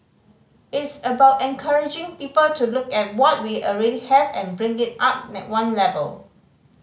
it's about encouraging people to look at what we already have and bring it up one level